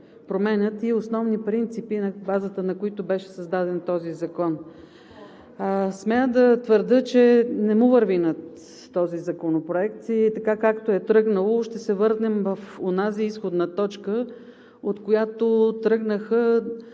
Променят и основни принципи, на базата на които беше създаден този закон. Смея да твърдя, че не му върви на този законопроект и така, както е тръгнало, ще се върнем в онази изходна точка, от която тръгнаха